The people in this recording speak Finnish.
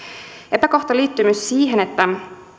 epäkohta liittyy myös siihen että